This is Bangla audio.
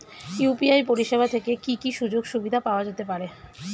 ইউ.পি.আই পরিষেবা থেকে কি কি সুযোগ সুবিধা পাওয়া যেতে পারে?